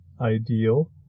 ideal